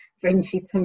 friendship